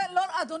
אדוני,